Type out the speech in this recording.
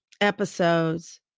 episodes